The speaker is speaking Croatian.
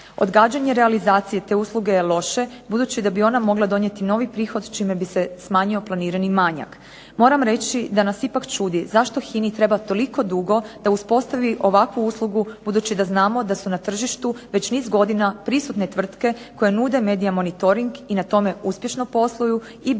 Odgađanje realizacije te usluge je loše budući da bi ona mogla donijeti novi prihod čime bi se smanjio planirani manjak. Moram reći da nas ipak čudi zašto HINA-i treba toliko dugo da uspostavi ovakvu uslugu budući da znamo da su na tržištu već niz godina prisutne tvrtke koje nude medija monitoring i na tome uspješno posluju i bez ovako